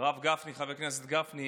הרב גפני, חבר הכנסת גפני,